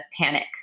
panic